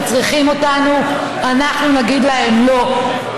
צריכים אותנו אנחנו נגיד להם "לא".